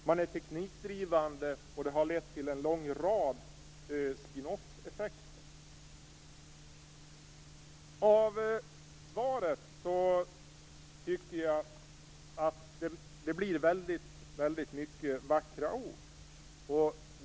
Den är teknikdrivande och har lett till en lång rad spinn-off-effekter. I svaret är det väldigt mycket vackra ord.